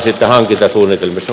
tämä on hyvä